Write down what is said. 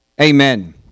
Amen